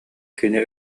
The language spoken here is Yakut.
кини